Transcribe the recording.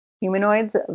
humanoids